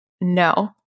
No